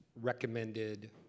recommended